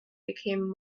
became